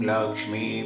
Lakshmi